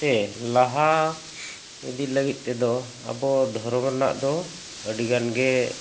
ᱛᱮ ᱞᱟᱦᱟ ᱤᱫᱤ ᱞᱟᱹᱜᱤᱫ ᱛᱮᱫᱚ ᱟᱵᱚ ᱫᱷᱚᱨᱚᱢ ᱨᱮᱱᱟᱜ ᱫᱚ ᱟᱹᱰᱤᱜᱟᱱ ᱜᱮ